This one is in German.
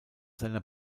seiner